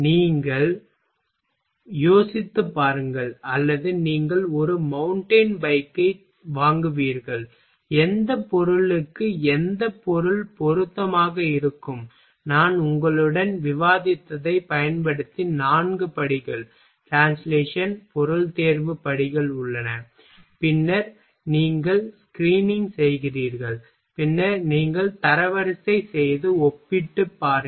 நீங்கள் யோசித்துப் பாருங்கள் அல்லது நீங்கள் ஒரு மவுண்டன் பைக்கை வாங்குவீர்கள் எந்தப் பொருளுக்கு எந்தப் பொருள் பொருத்தமாக இருக்கும் நான் உங்களுடன் விவாதித்ததைப் பயன்படுத்தி நான்கு படிகள் ட்ரான்ஸ்லேஷன் பொருள் தேர்வு படிகள் உள்ளன பின்னர் நீங்கள் ஸ்கிரீனிங் செய்கிறீர்கள் பின்னர் நீங்கள் தரவரிசை செய்து ஒப்பிட்டுப் பாருங்கள்